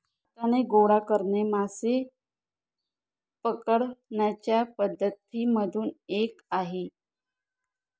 हाताने गोळा करणे मासे पकडण्याच्या पद्धती मधून एक आहे